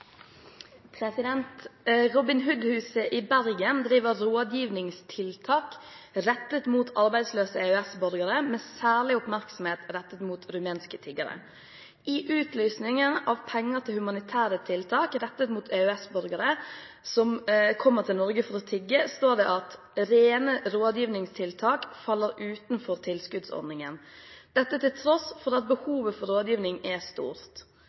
i Bergen driver rådgivningstiltak rettet mot arbeidsløse EØS-borgere, med særlig oppmerksomhet rettet mot rumenske tiggere. I utlysningen av penger til humanitære tiltak rettet mot EØS-borgere som kommer til Norge for å tigge, står det at «rene rådgivningstiltak faller utenfor tilskuddsordningen», dette til tross for at behovet for rådgivning er stort.